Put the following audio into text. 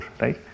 right